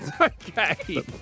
Okay